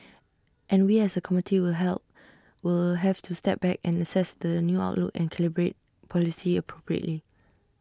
and we as A committee will help will have to step back and assess the new outlook and calibrate policy appropriately